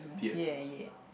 ya ya